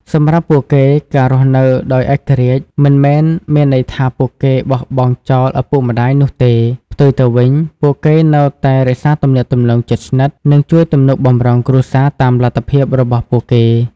សម្រាប់ពួកគេ ការរស់នៅដោយឯករាជ្យមិនមែនមានន័យថាពួកគេបោះបង់ចោលឪពុកម្តាយនោះទេ ផ្ទុយទៅវិញពួកគេនៅតែរក្សាទំនាក់ទំនងជិតស្និទ្ធ និងជួយទំនុកបម្រុងគ្រួសារតាមលទ្ធភាពរបស់ពួកគេ។